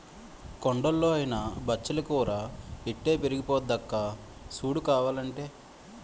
కొండల్లో అయినా బచ్చలి కూర ఇట్టే పెరిగిపోద్దక్కా సూడు కావాలంటే